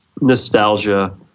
nostalgia